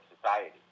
society